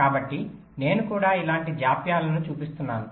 కాబట్టి నేను కూడా ఇలాంటి జాప్యాలను చూపిస్తున్నాను